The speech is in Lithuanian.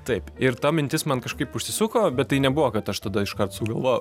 taip ir ta mintis man kažkaip užsisuko bet tai nebuvo kad aš tada iškart sugalvojau